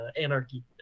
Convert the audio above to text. anarchy